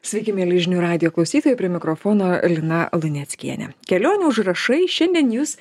sveiki mieli žinių radijo klausytojai prie mikrofono lina luneckienė kelionių užrašai šiandien jus